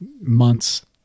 months